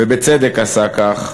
ובצדק עשה כך,